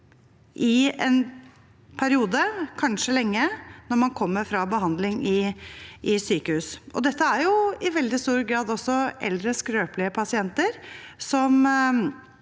i en periode, kanskje lenge, når man kommer fra behandling i sykehus. Og dette er i veldig stor grad eldre skrøpelige pasienter